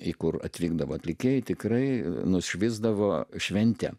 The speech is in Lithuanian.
į kur atvykdavo atlikėjai tikrai nušvisdavo šventė